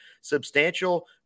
Substantial